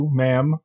ma'am